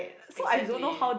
exactly